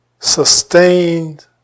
Sustained